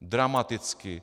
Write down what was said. Dramaticky!